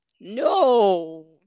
No